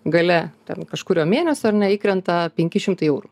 gale ten kažkurio mėnesio ar ne įkrenta penki šimtai eurų